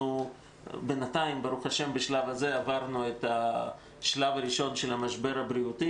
בינתיים בשלב הזה עברנו את השלב הראשון של המשבר הבריאותי